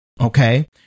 okay